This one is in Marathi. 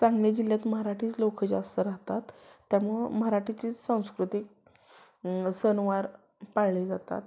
सांगली जिल्ह्यात मराठीच लोकं जास्त राहतात त्यामुळं मराठीची संस्कृती सण वार पाळले जातात